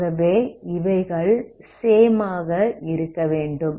ஆகவே இவைகள் சேம் ஆக இருக்கவேண்டும்